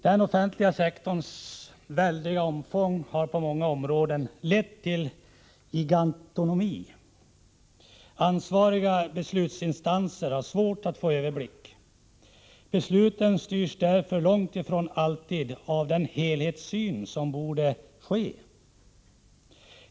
Den offentliga sektorns väldiga omfång har på många områden lett till låt mig säga gigantomani. Ansvariga beslutsinstanser har svårt att få överblick. Besluten styrs därför långt ifrån alltid av den helhetssyn som borde gälla.